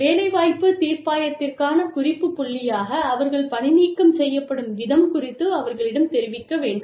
வேலைவாய்ப்பு தீர்ப்பாயத்திற்கான குறிப்பு புள்ளியாக அவர்கள் பணிநீக்கம் செய்யப்படும் விதம் குறித்து அவர்களிடம் தெரிவிக்க வேண்டும்